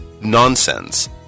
nonsense